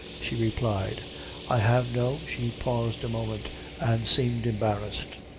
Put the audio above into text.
she replied i have no she paused a moment and seemed embarrassed.